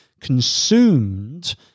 consumed